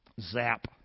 Zap